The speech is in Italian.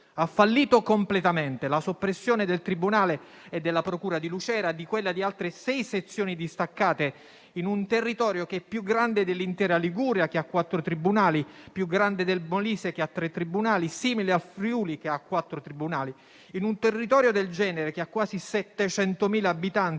Ha fallito completamente con la soppressione del tribunale e della procura di Lucera e quella di altre sei sezioni distaccate, in un territorio che è più grande dell'intera Liguria che ha quattro tribunali, più grande del Molise che ha tre tribunali e simile al Friuli, che ha quattro tribunali. In un territorio del genere, che ha quasi 700.000 abitanti